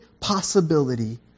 possibility